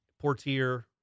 Portier